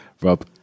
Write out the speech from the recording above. Rob